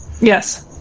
Yes